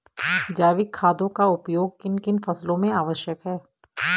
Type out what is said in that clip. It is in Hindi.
जैविक खादों का उपयोग किन किन फसलों में आवश्यक है?